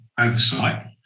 oversight